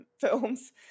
films